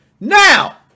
Now